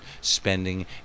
spending